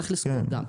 צריך לזכור גם,